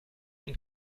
und